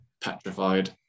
petrified